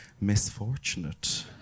misfortunate